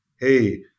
hey